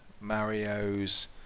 Mario's